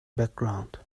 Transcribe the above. background